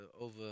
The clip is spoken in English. over